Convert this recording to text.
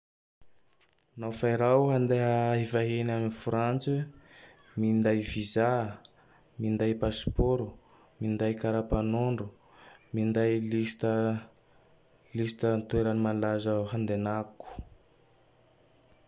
Nao fa i raho handeha hivahiny a Fantse: minday vizà, minday pasipôro, minday kara-panondro, minday lista lista toe-malaza handinako.